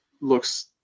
looks